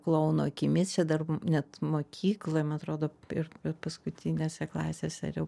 klouno akimis čia dar net mokykloj man atrodo ir paskutinėse klasėse ir jau